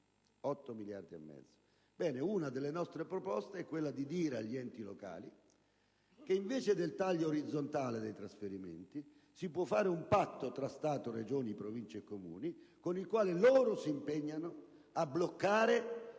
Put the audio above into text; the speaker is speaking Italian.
8 miliardi e mezzo. Una delle nostre proposte è quella di dire agli enti locali che, invece del taglio orizzontale dei trasferimenti, si può fare un patto tra Stato, Regioni, Province e Comuni, con il quale loro si impegnano a bloccare